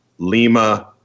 Lima